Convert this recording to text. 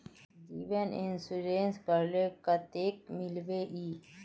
जीवन इंश्योरेंस करले कतेक मिलबे ई?